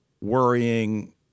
worrying